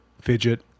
Fidget